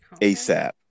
ASAP